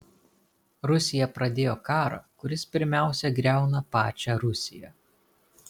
rusija pradėjo karą kuris pirmiausia griauna pačią rusiją